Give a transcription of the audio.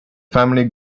family